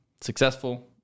successful